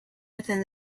within